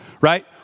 right